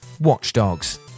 watchdogs